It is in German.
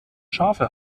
schafe